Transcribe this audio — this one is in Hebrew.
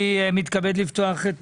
שלום, אני מתכבד לפתוח את